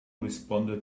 responded